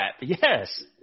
Yes